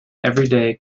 everyday